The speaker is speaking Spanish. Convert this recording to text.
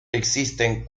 existen